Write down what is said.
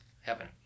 heaven